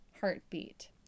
heartbeat